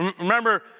Remember